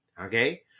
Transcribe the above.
okay